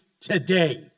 today